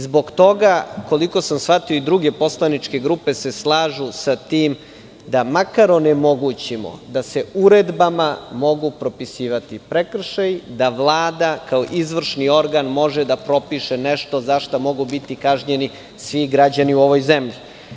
Zbog toga, koliko sam shvatio, i druge poslaničke grupe se slažu sa tim da makar onemogućimo da se uredbama mogu propisivati prekršaji, da Vlada kao izvršni organ može da propiše nešto za šta mogu biti kažnjeni svi građani u ovoj zemlji.